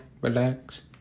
relax